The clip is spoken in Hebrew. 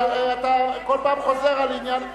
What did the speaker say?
אתה כל פעם חוזר על עניין.